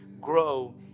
grow